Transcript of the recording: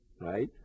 Right